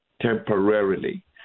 temporarily